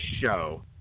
show